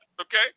okay